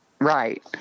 right